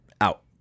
out